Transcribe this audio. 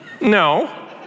No